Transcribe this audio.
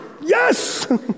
Yes